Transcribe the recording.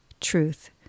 truth